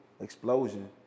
explosion